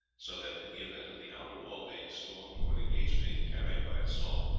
so that in the event of the outer wall being stormed or the gates being carried by assault,